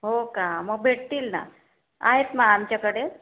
हो का मग भेटतील ना आहेत मग आमच्याकडे